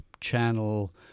channel